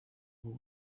boy